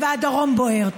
והדרום בוער.